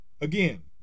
again